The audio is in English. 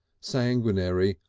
sanguinary,